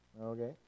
Okay